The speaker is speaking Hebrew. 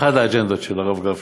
אחת האג'נדות של הרב גפני.